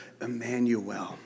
Emmanuel